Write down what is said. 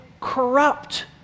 corrupt